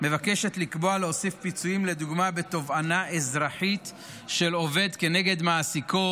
מבקשת להוסיף פיצויים לדוגמה בתובענה אזרחית של עובד נגד מעסיקו